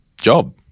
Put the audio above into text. job